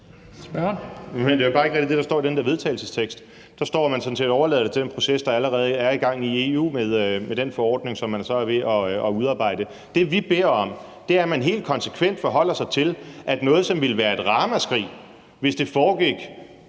det er jo bare ikke rigtig det, der står i den der vedtagelsestekst. Der står, at man sådan set overlader det til den proces, der allerede er i gang i EU med den forordning, som man så er ved at udarbejde. Det, vi beder om, er, at man er helt konsekvent, når man forholder sig til det, som ville vække et ramaskrig, hvis det foregik